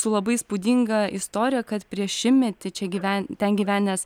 su labai įspūdinga istorija kad prieš šimtmetį čia gyven ten gyvenęs